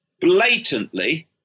blatantly